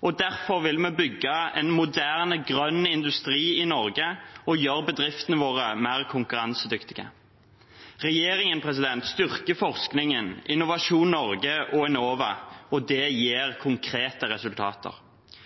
og derfor vil vi bygge en moderne grønn industri i Norge og gjøre bedriftene våre mer konkurransedyktige. Regjeringen styrker forskningen, Innovasjon Norge og Enova, og det gir konkrete resultater.